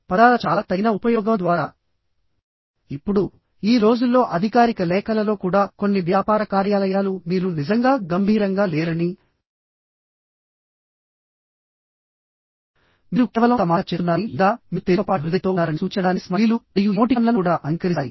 పదాల చాలా తగిన ఉపయోగం ద్వారా ఇప్పుడు ఈ రోజుల్లో అధికారిక లేఖలలో కూడా కొన్ని వ్యాపార కార్యాలయాలు మీరు నిజంగా గంభీరంగా లేరని మీరు కేవలం తమాషా చేస్తున్నారని లేదా మీరు తేలికపాటి హృదయంతో ఉన్నారని సూచించడానికి స్మైలీలు మరియు ఎమోటికాన్లను కూడా అంగీకరిస్తాయి